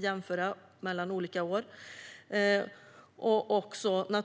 jämföra siffror för olika år, dels